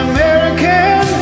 American